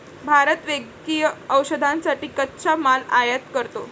भारत वैद्यकीय औषधांसाठी कच्चा माल आयात करतो